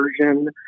version